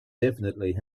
definitely